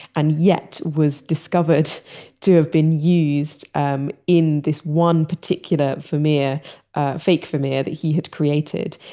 and yet was discovered to have been used um in this one particular vermeer, a fake vermeer that he had created.